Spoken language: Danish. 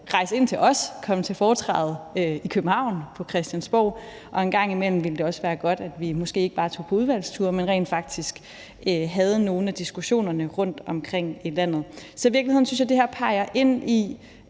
Rejs ind til os, kom til foretræde i København på Christiansborg. En gang imellem ville det også være godt, at vi måske ikke bare tog på udvalgstur, men rent faktisk havde nogle af diskussionerne rundtomkring i landet. Så i virkeligheden synes jeg at det her peger ind i